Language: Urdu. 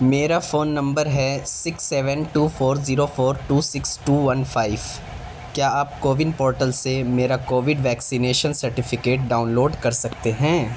میرا فون نمبر ہے six seven two four zero four two six two one five کیا آپ کوون پورٹل سے میرا Covid vaccination certificate download کر سکتے ہیں